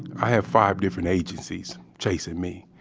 i have five different agencies chasing me.